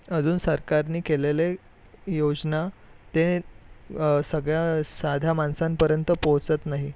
अजून सरकारनी केलेले योजना ते सगळ्या साध्या माणसांपर्यंत पोचत नाही